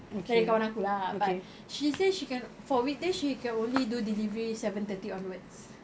dari kawan aku lah but she say she can for weekday she can only do delivery seven thirty onwards